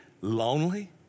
lonely